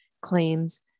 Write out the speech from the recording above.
claims